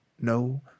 No